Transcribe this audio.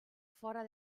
fora